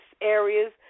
areas